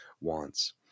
wants